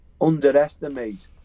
underestimate